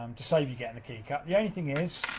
um to save you gettin' the key cut. the only thing is,